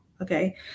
Okay